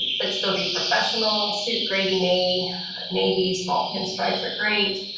but still be professional suit graving. navy navy small pinstripes are great.